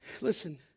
listen